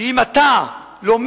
שאם אתה לומד,